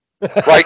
right